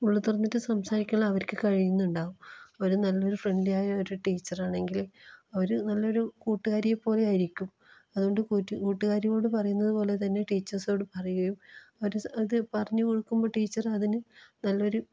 ഉള്ള് തുറന്നിട്ട് സംസാരിക്കാൻ അവർക്ക് കഴിയുന്നുണ്ടാവും അവർ നല്ലൊരു ഫ്രണ്ട്ലി ആയ ഒരു ടീച്ചറാണെങ്കിൽ അവർ നല്ലൊരു കൂട്ടുകാരിയെപ്പോലെ ആയിരിക്കും അതുകൊണ്ട് കൂറ്റ് കൂട്ടുകാരിയോട് പറയുന്നത് പോലെ തന്നെ ടീച്ചേഴ്സിനോട് പറയുകയും അവർ അത് പറഞ്ഞ് കൊടുക്കുമ്പോൾ ടീച്ചറ് അതിന് നല്ലൊരു